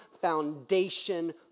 foundation